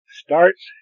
starts